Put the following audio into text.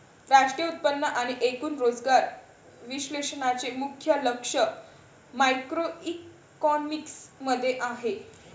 राष्ट्रीय उत्पन्न आणि एकूण रोजगार विश्लेषणाचे मुख्य लक्ष मॅक्रोइकॉनॉमिक्स मध्ये आहे